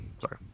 Sorry